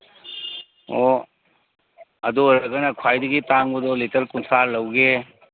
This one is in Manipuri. ꯑꯣ ꯑꯗꯨ ꯑꯣꯏꯔꯒꯅ ꯈ꯭ꯋꯥꯏꯗꯒꯤ ꯇꯥꯡꯕꯗꯣ ꯂꯤꯇꯔ ꯀꯨꯟꯊ꯭ꯔꯥ ꯂꯧꯒꯦ